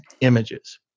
images